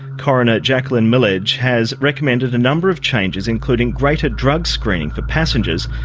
coroner jacqueline milledge has recommended a number of changes, including greater drug screening for passengers.